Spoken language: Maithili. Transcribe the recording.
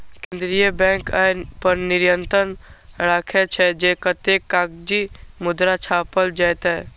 केंद्रीय बैंक अय पर नियंत्रण राखै छै, जे कतेक कागजी मुद्रा छापल जेतै